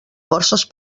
forces